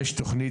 יש תוכנית,